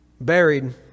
buried